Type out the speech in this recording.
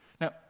Now